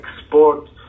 export